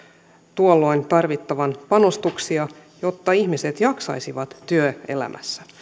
tuolloin tarvittavan panostuksia jotta ihmiset jaksaisivat työelämässä